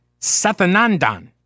Sathanandan